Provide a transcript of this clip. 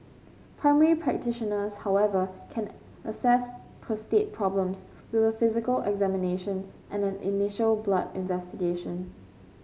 primary practitioners however can assess prostate problems with a physical examination and an initial blood investigation